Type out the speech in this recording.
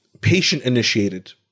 patient-initiated